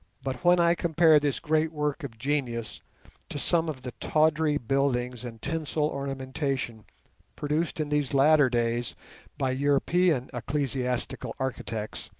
but when i compare this great work of genius to some of the tawdry buildings and tinsel ornamentation produced in these latter days by european ecclesiastical architects,